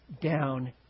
down